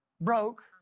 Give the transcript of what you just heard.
broke